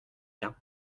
bien